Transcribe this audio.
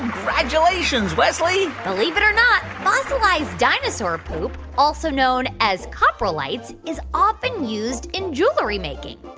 congratulations, wesley believe it or not, fossilized dinosaur poop, also known as coprolites, is often used in jewelry making.